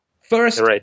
First